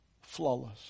Flawless